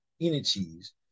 entities